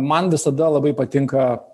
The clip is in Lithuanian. man visada labai patinka